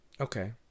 Okay